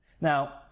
now